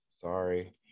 Sorry